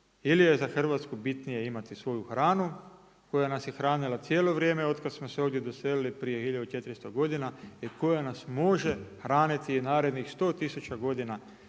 ili je za Hrvatsku bitnije imati svoju hranu koja nas je hranila cijelo vrijeme otkada smo se ovdje doselili prije 1400 godina i koja nas može hraniti i narednih 100 tisuća godina